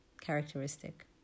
characteristic